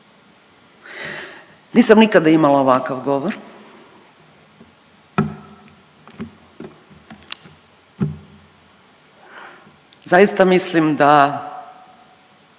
Nisam nikada imala ovakav govor, zaista mislim da,